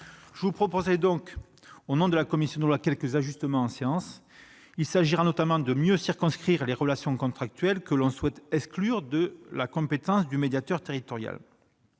Je vous proposerai donc, au nom de la commission des lois, quelques ajustements en séance. Il s'agira notamment de mieux circonscrire les relations contractuelles, que nous souhaitons exclure de la compétence du médiateur territorial.